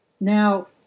Now